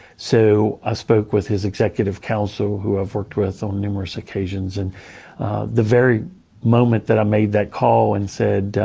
so i spoke with his executive counsel, who i've worked with on numerous occasions. and the very moment that i made that call and said,